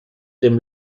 dem